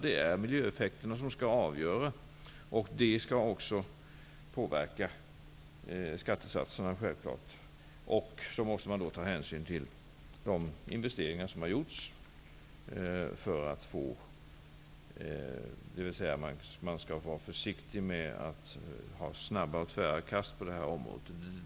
Det är miljöeffekterna som skall avgöra och som även skall påverka skattesatserna. Dessutom måste man ta hänsyn till de investeringar som har gjorts. Man skall alltså vara försiktig med snabba och tvära kast på detta område.